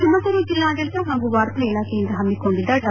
ತುಮಕೂರು ಜಿಲ್ಲಾಡಳಿತ ಹಾಗೂ ವಾರ್ತಾ ಇಲಾಖೆಯಿಂದ ಹಮ್ಮಕೊಂಡಿದ್ದ ಡಾ